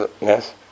Yes